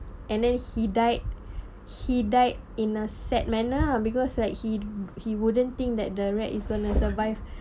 and then he died he died in a sad manner because like he he wouldn't think that the rat is going to survive